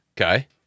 Okay